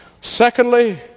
Secondly